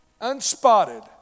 Unspotted